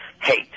hate